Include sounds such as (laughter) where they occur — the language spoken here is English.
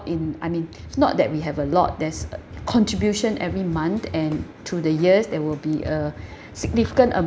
in I mean (breath) not that we have a lot there's uh contribution every month and through the years there will be a (breath) significant a~